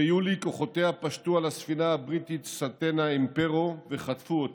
ביולי כוחותיה פשטו על הספינה הבריטית סטנה אימפרו וחטפו אותה,